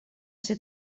ser